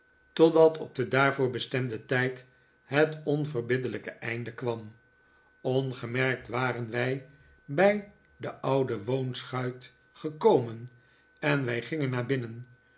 totdat on den daarvoor bestemden tijd het onverbiddelijke einde kwam ongemerkt waren wij bij de oude woonschuit gekomen en wij gingen naar binnen